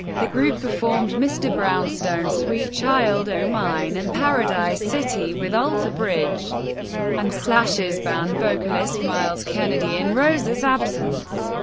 the group performed mr. brownstone, sweet child o' mine, and paradise city with alter bridge and slash's band vocalist myles kennedy in rose's absence.